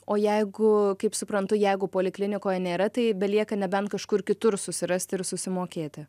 o jeigu kaip suprantu jeigu poliklinikoje nėra tai belieka nebent kažkur kitur susirast ir susimokėti